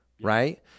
right